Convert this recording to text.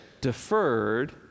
deferred